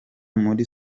muri